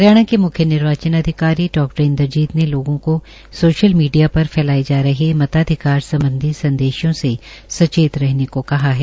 हरियाणा मे संयुक्त मुख्य निर्वाचन अधिकारी डा इन्द्रजीत ने लोगों को सोशल मीडिया पर फैलाये जा रहे मताधिकार सम्बधी संदेशों से सचेत रहने को कहा है